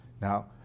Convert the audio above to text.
Now